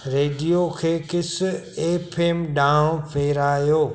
radio खे किस F M ॾांहुं फेरायो